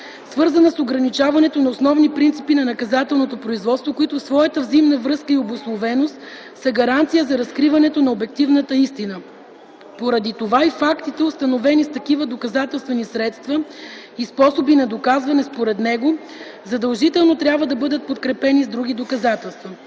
свързана с ограничаването на основни принципи на наказателното производство, които в своята взаимна връзка и обусловеност са гаранция за разкриването на обективната истина. Поради това и фактите, установени с такива доказателствени средства и способи на доказване, според него, задължително трябва да бъдат подкрепени с други доказателства.